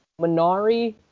Minari